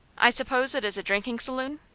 i suppose it is a drinking saloon?